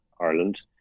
Ireland